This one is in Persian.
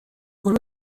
برو